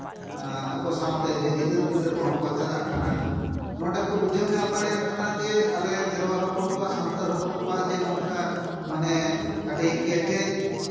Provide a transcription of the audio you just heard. ᱟᱠᱚ ᱥᱟᱶᱛᱮ ᱡᱮ ᱜᱤᱫᱟᱹᱨᱼᱯᱤᱫᱟᱹᱨ ᱠᱚᱦᱚᱸ ᱠᱚ ᱪᱟᱞᱟᱜ ᱠᱟᱱᱟ ᱱᱚᱸᱰᱮ ᱠᱚ ᱵᱩᱡᱷᱟᱹᱣ ᱧᱟᱢ ᱫᱟᱲᱮᱭᱟᱜ ᱠᱟᱱᱟ ᱡᱮ ᱟᱞᱮ ᱠᱷᱮᱨᱣᱟᱞ ᱦᱚᱯᱚᱱ ᱠᱚ ᱥᱟᱱᱛᱟᱲ ᱦᱚᱯᱚᱱ ᱠᱚᱣᱟᱜ ᱡᱮ ᱱᱚᱝᱠᱟ ᱢᱟᱱᱮ ᱟᱹᱰᱤ ᱠᱮᱴᱮᱡ